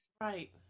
right